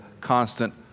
constant